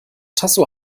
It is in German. tasso